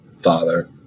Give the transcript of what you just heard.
father